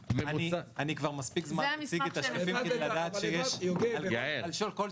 אני מציג את השקפים האלה מספיק זמן כדי לדעת שיש --- יעל רון בן